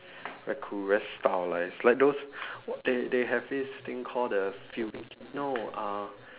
very cool very stylised like those they they have this thing called the fu~ no uh